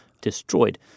destroyed